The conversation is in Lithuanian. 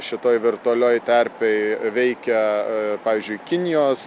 šitoj virtualioj terpėj veikia pavyzdžiui kinijos